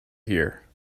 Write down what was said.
here